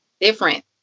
different